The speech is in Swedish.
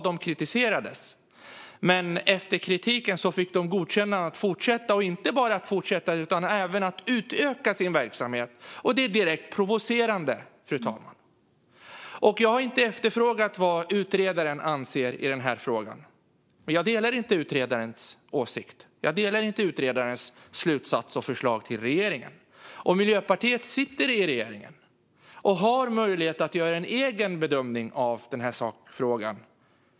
De kritiserades, men efter kritiken fick de godkännande att fortsätta - och inte bara att fortsätta utan även att utöka sin verksamhet. Det är direkt provocerande, fru talman. Jag har inte efterfrågat vad utredaren anser i den här frågan. Jag delar inte utredarens åsikt, slutsats och förslag till regeringen. Miljöpartiet sitter i regeringen och har möjlighet att göra en egen bedömning av sakfrågan.